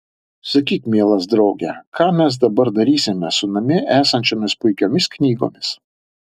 sakyk mielas drauge ką mes dabar darysime su namie esančiomis puikiomis knygomis